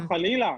לא, חלילה.